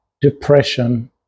depression